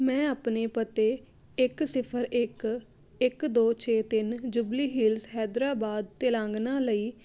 ਮੈਂ ਆਪਣੇ ਪਤੇ ਇੱਕ ਸਿਫਰ ਇੱਕ ਇੱਕ ਦੋ ਛੇ ਤਿੰਨ ਜੁਬਲੀ ਹਿਲਸ ਹੈਦਰਾਬਾਦ ਤੇਲੰਗਾਨਾ ਲਈ